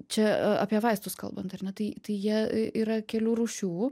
čia apie vaistus kalbant ar ne tai tai jie yra kelių rūšių